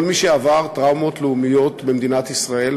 כל מי שעבר טראומות לאומיות במדינת ישראל,